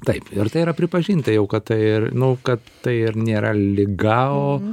taip ir tai yra pripažinta jau kad tai nu kad tai ir nėra liga